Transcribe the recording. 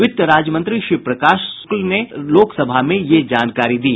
वित्त राज्य मंत्री शिवप्रकाश शुक्ला ने लोकसभा में यह जानकारी दी